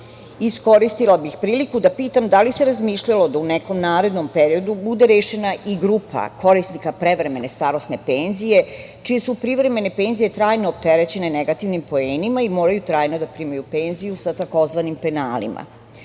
Iskoristila bih priliku pitam - da li se razmišljalo da u nekom narednom periodu bude rešena i grupa korisnika prevremene starosne penzije čije su privremene penzije trajno opterećene negativnim poenima i moraju trajno da primaju penziju sa tzv. penalima?